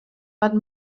but